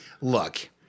Look-